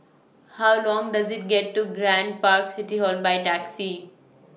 How Long Does IT get to Grand Park City Hall By Taxi